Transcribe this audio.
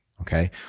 okay